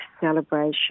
celebration